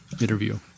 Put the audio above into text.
interview